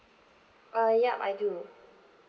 uh yup I do